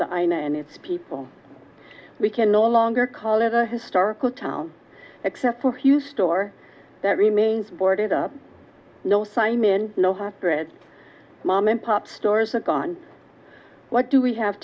its people we can no longer call it a historical town except for huge store that remains boarded up no sign min no hot bread mom and pop stores are gone what do we have